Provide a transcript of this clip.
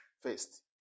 first